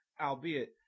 albeit